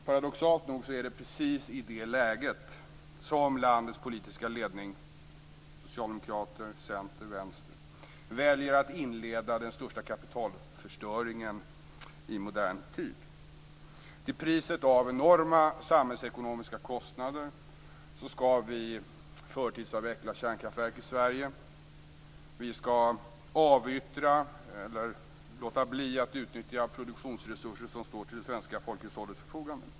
Paradoxalt nog är det precis i det läget som landets politiska ledning, Socialdemokraterna, Centern och Vänstern, väljer att inleda den största kapitalförstöringen i modern tid. Till priset av enorma samhällsekonomiska kostnader skall vi förtidsavveckla kärnkraftverk i Sverige. Vi skall avyttra eller låta bli att utnyttja produktionsresurser som står till det svenska folkhushållets förfogande.